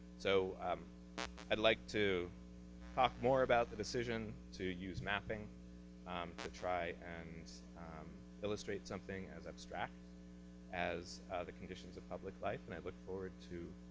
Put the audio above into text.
so um i'd like to talk more about the decision to use mapping um to try and illustrate something as abstract as the conditions of public life and i look forward to,